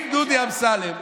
אם דודי אמסלם,